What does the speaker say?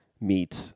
meet